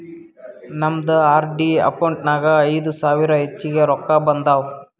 ನಮ್ದು RD account ನಾಗ್ ಐಯ್ದ ಸಾವಿರ ಹೆಚ್ಚಿಗೆ ರೊಕ್ಕಾ ಬಂದಾವ್